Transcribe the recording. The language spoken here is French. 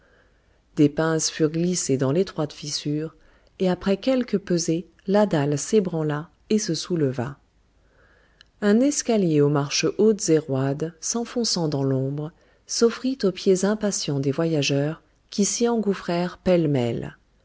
des pinces furent glissées dans l'étroite fissure et après quelques pesées la dalle s'ébranla et se souleva un escalier aux marches hautes et roides s'enfonçant dans l'ombre s'offrit aux pieds impatients des voyageurs qui s'y engouffrèrent pêle-mêle